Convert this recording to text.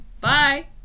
Bye